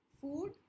Food